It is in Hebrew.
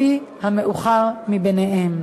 לפי המאוחר מביניהם.